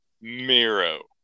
Miro